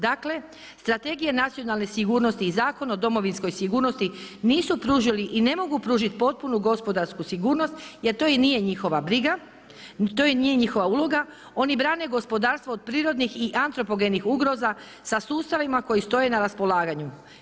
Dakle, Strategija nacionalne sigurnosti i Zakon o domovinskoj sigurnosti nisu pružili i ne mogu pružiti potpunu gospodarsku sigurnost jer to i nije njihova briga, to i nije njihova uloga, oni brane gospodarstvo od prirodnih i antropogenih ugroza sa sustavima koji stoje na raspolaganju.